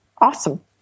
awesome